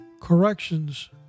corrections